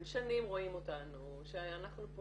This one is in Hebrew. הם שנים רואים אותנו שאנחנו פה